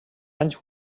anys